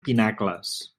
pinacles